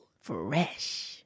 Fresh